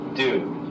dude